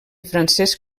francesc